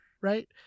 Right